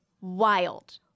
wild